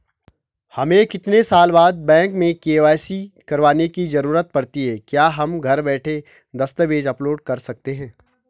हमें कितने साल बाद बैंक में के.वाई.सी करवाने की जरूरत पड़ती है क्या हम घर बैठे दस्तावेज़ अपलोड कर सकते हैं?